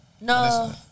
No